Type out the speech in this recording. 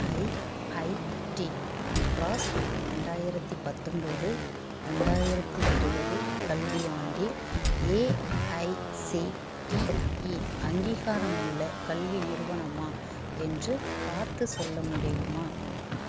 IIT Madras ரெண்டாயிரத்தி பத்தொம்போது ரெண்டாயிரத்தி இருபது கல்வியாண்டில் ஏஐசிடிஇ அங்கீகாரமுள்ள கல்வி நிறுவனமா என்று பார்த்து சொல்ல முடியுமா